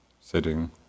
sitting